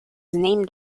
named